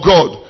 God